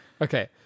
Okay